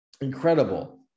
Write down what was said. Incredible